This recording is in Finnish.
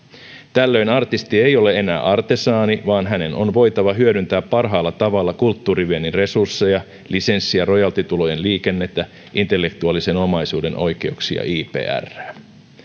tällöin artisti ei ole enää artesaani vaan hänen on voitava hyödyntää parhaalla tavalla kulttuuriviennin resursseja lisenssi ja rojaltitulojen liikennettä intellektuaalisen omaisuuden oikeuksia iprää